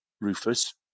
rufus